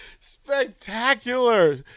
Spectacular